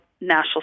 national